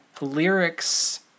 lyrics